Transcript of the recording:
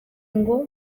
ngo